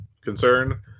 concern